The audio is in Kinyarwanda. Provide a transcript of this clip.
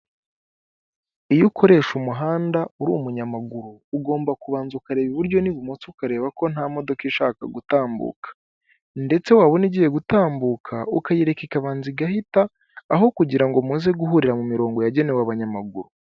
Iyo ukoresha umuhanda uri umunyamaguru, ugomba kubanza ukareba iburyo n'ibumoso ukareba ko nta modoka ishaka gutambuka ndetse wabona igiye gutambuka, ukayireka ikabanza igahita aho kugira ngo muze guhurira mu mirongo yagenewe abanyamaguru.